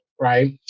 right